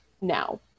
now